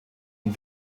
und